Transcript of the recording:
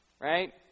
Right